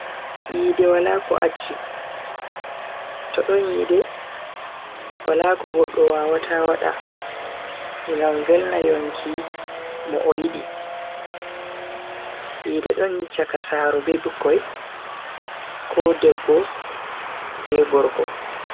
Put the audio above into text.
Yide wala ko acchi, to don yide wala ko godo wawata wada ngam velna yonki mo o yidi. yide don chaka saaro be bikkoi, ko debbo be gorko.